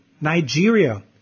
Nigeria